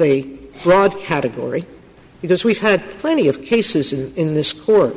y broad category because we've had plenty of cases in this court